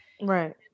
Right